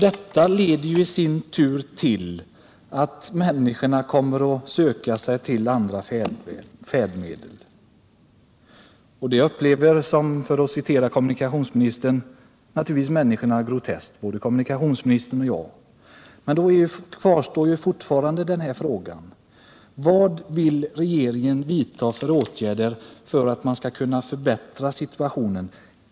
Detta leder i sin tur till att människorna söker sig till andra färdmedel. Det upplever både kommunikationsministern och jag som något för människorna — jag citerar kommunikationsministern — ”groteskt”. att förbättra situationen?